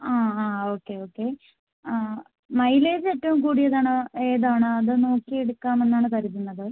ആ ആ okay okay ആ മൈലേജ് ഏറ്റവും കൂടിയത് ആണ് ഏതാണ് അത് നോക്കി എടുക്കാം എന്നാണ് കരുതുന്നത്